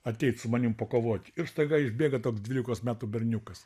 ateit su manim pakovot ir staiga išbėga toks dvylikos metų berniukas